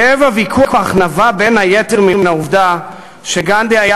כאב הוויכוח נבע בין היתר מן העובדה שגנדי היה